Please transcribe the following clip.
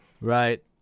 Right